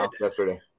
yesterday